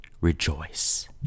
rejoice